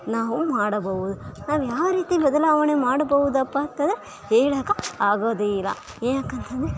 ನಾವು ಮಾಡಬಹುದು ನಾವು ಯಾವ ರೀತಿ ಬದಲಾವಣೆ ಮಾಡಬಹುದಪ್ಪಾ ಅಂತಂದರೆ ಹೇಳೊಕೆ ಆಗೋದೆ ಇಲ್ಲ ಯಾಕಂತಂದರೆ